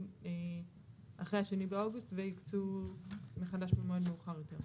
אחרי ה-2/8 והקצו מחדש במועד מאוחר יותר.